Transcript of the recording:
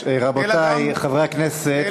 רבותי חברי הכנסת,